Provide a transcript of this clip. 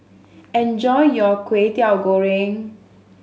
enjoy your Kwetiau Goreng